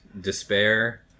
despair